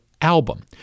album